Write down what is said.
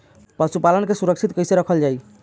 पशुपालन के सुरक्षित कैसे रखल जाई?